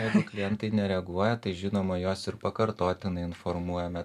jeigu klientai nereaguoja tai žinoma juos ir pakartotinai informuojame